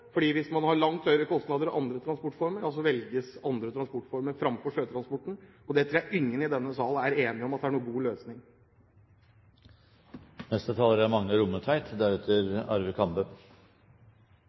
Hvis man har langt høyere kostnader enn andre transportformer, ja så velges andre transportformer framfor sjøtransporten. Det tror jeg ingen i denne salen er enig i at er noen god løsning.